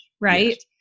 Right